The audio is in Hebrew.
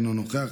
אינו נוכח,